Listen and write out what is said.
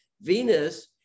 Venus